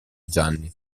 gianni